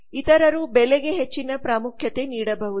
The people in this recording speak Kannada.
ಇತರರು ಬೆಲೆಗೆ ಹೆಚ್ಚಿನ ಪ್ರಾಮುಖ್ಯತೆ ನೀಡಬಹುದು